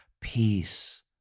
peace